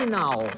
now